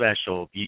special